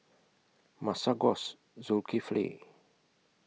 Masagos Zulkifli